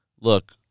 Look